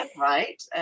right